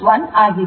61 ಆಗಿದೆ